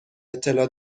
اطلاع